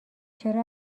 چرا